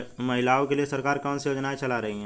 महिलाओं के लिए सरकार कौन सी योजनाएं चला रही है?